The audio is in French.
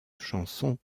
chansons